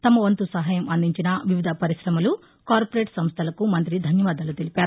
తమ వంతు సహయం అందించిన వివిధ పరిశమలు కార్పొరేట్ సంస్టలకు మంతి ధన్యవాదాలు తెలిపారు